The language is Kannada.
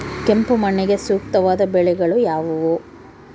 ಕೆಂಪು ಮಣ್ಣಿಗೆ ಸೂಕ್ತವಾದ ಬೆಳೆಗಳು ಯಾವುವು?